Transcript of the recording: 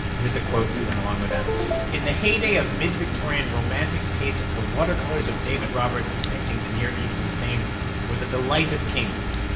here's the quote that went along with that in the heyday of mid-victorian romantic taste, the watercolors of david roberts depicting the near east in spain were the delight of kings.